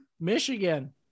michigan